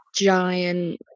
giant